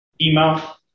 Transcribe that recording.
email